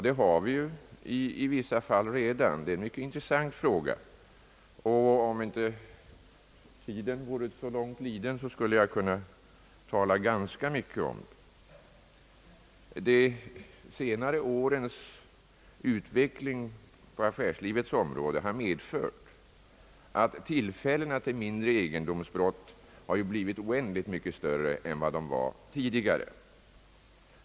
Det har vi ju i vissa fall redan. Det är en mycket intressant fråga — om inte tiden vore så långt liden skulle jag kunna tala ganska mycket om det. De senare årens utveckling på affärslivets område har medfört, att tillfällena till mindre egendomsbrott blivit oändligt mycket större än tidigare.